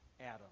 Adam